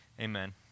amen